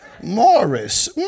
Morris